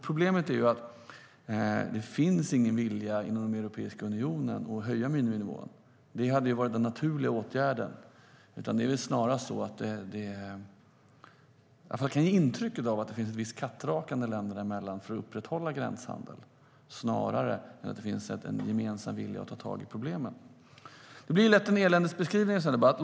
Problemet är att det inte finns någon vilja inom Europeiska unionen att höja miniminivån. Det hade varit den naturliga åtgärden. Man får intrycket av att det sker ett visst kattrakande mellan länderna för att upprätthålla gränshandeln snarare än att det finns en gemensam vilja att ta tag i problemen. Det blir lätt en eländesbeskrivning i en sådan här debatt.